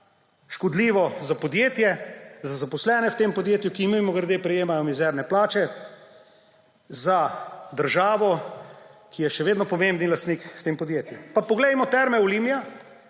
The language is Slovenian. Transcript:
škodljivo za podjetje, za zaposlene v tem podjetju – kimimogrede − prejemajo mizerne plače, za državo, ki je še vedno pomemben lastnik v tem podjetju. Pa poglejmo Terme Olimia,